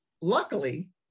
luckily